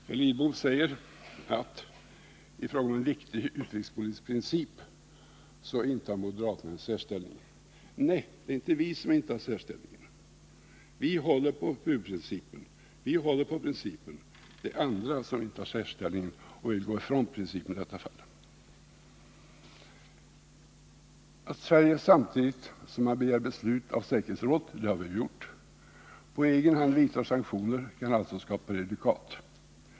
Herr Lidbom säger att moderaterna i fråga om en viktig utrikespolitisk princip intar en särställning. Nej, det är inte vi som intar en särställning, vi håller på huvudprincipen. Det är andra som intar en särställning och vill gå ifrån principen i detta fall. Att Sverige, samtidigt som man begär beslut av säkerhetsrådet — det har vi gjort — på egen hand vidtar sanktioner kan alltså skapa prejudikat.